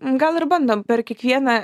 gal ir bandom per kiekvieną